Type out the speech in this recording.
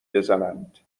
بزنند